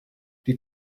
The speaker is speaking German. die